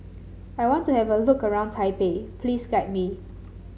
I want to have a look around Taipei please guide me